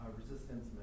resistance